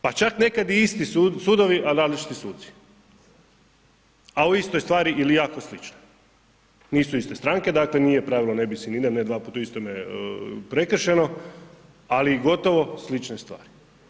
Pa čak nekad i isti sudovi, a različiti suci, a o istoj stvari ili jako sličnoj, nisu iste stranke dakle nije pravilo, ne bis in idem, ne dva put u istome prekršeno, ali gotovo slične stvari.